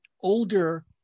older